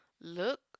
look